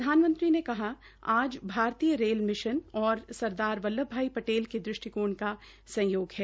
प्रधानमंत्री ने कहा कि आज भारतीय रेल मिशन और सरदार बल्लभ भाई पटेल के दृष्टिकोण का सयोग है